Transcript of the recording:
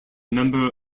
member